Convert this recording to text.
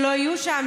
שלא יהיו שם,